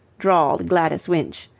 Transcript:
drawled gladys winch,